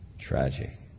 Tragic